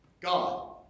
God